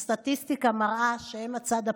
הסטטיסטיקה מראה שהם הצד הפוגע.